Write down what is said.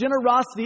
generosity